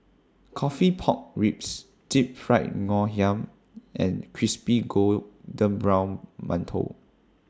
Coffee Pork Ribs Deep Fried Ngoh Hiang and Crispy Golden Brown mantou